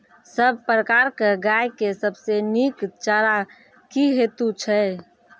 सब प्रकारक गाय के सबसे नीक चारा की हेतु छै?